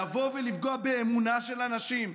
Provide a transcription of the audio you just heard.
לבוא ולפגוע באמונה של האנשים,